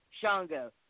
Shango